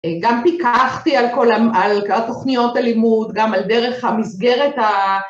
‫גם פיקחתי על כל התוכניות הלימוד, ‫גם על דרך המסגרת ה...